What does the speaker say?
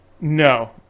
No